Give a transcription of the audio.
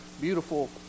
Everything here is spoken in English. beautiful